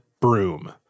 broom